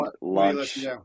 lunch